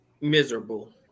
miserable